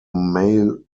male